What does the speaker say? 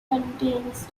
contains